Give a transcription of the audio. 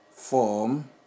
form